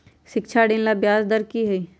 शिक्षा ऋण ला ब्याज दर कि हई?